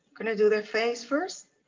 gonna do the face first.